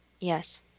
Yes